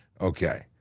Okay